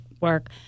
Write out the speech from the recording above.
work